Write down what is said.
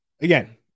Again